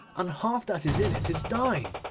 and half that is in it is thine,